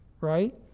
right